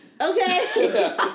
okay